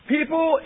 People